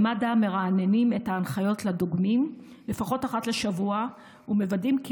במד"א מרעננים את ההנחיות לדוגמים לפחות אחת לשבוע ומוודאים כי